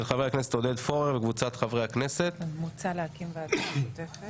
של חבר הכנסת עודד פורר וקבוצת חברי הכנסת אנחנו חוזרים לסעיף א'